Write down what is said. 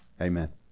Amen